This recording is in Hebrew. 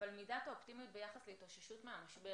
אבל מידת האופטימיות ביחס להתאוששות מהמשבר,